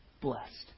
blessed